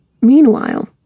Meanwhile